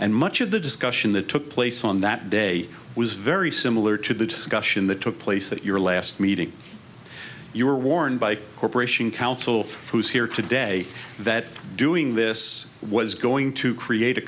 and much of the discussion that took place on that day was very similar to the discussion that took place that your last meeting you were warned by corporation counsel who's here today that doing this was it's going to create a